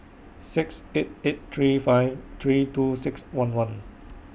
six eight eight three five three two six one one